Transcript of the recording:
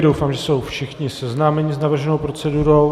Doufám, že jsou všichni seznámeni s navrženou procedurou.